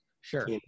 Sure